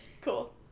Cool